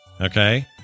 Okay